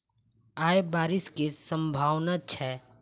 आय बारिश केँ सम्भावना छै?